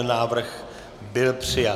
Návrh byl přijat.